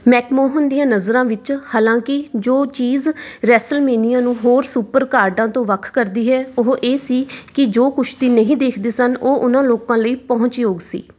McMahon ਦੀਆਂ ਨਜ਼ਰਾਂ ਵਿੱਚ ਹਾਲਾਂਕੀ ਜੋ ਚੀਜ਼ ਰੈਸਲਮੇਨੀਆ ਨੂੰ ਹੋਰ ਸੁਪਰਕਾਰਡਾਂ ਤੋਂ ਵੱਖ ਕਰਦੀ ਹੈ ਉਹ ਏ ਸੀ ਕਿ ਜੋ ਕੁਸ਼ਤੀ ਨਹੀਂ ਦੇਖਦੇ ਸਨ ਉਹ ਉਨ੍ਹਾਂ ਲੋਕਾਂ ਲਈ ਪਹੁੰਚਯੋਗ ਸੀ